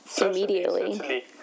immediately